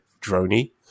droney